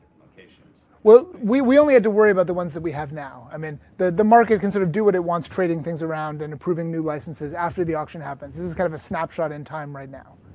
locations. well, we we only had to worry about the ones that we have now. i mean the the market can sort of do what it wants, trading things around and approving new licenses after the auction happens. this is kind of a snapshot in time right now.